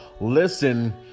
listen